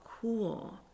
cool